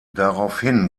daraufhin